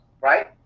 Right